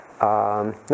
Now